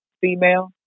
female